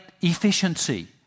efficiency